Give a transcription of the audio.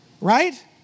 Right